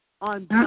on